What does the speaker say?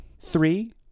Three